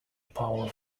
power